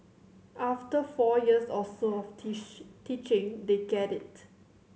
after four years or so of teach teaching they get it